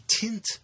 tint